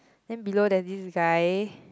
then below there's this guy